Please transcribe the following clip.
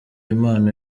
impano